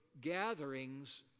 gatherings